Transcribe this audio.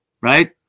right